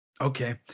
Okay